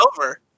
over